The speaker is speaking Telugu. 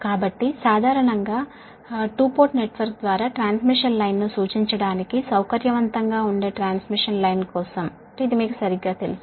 కాబట్టి సాధారణంగా 2 పోర్ట్ నెట్వర్క్ ద్వారా ట్రాన్స్మిషన్ లైన్ ను సూచించడానికి సౌకర్యవంతంగా ఉండే ట్రాన్స్మిషన్ లైన్ కోసం మీకు సరిగ్గా తెలుసు